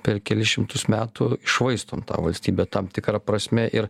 per kelis šimtus metų iššvaistom tą valstybę tam tikra prasme ir